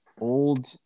old